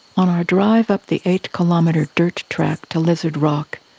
on our drive up the eight-kilometre dirt track to lizard rock,